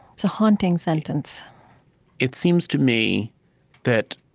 it's a haunting sentence it seems to me that,